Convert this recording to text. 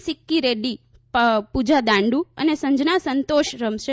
સિક્કી રેક્રી પૂજા દાંડુ અને સંજના સંતોષ રમશે